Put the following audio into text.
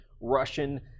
Russian